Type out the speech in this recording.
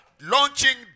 launching